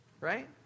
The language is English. Right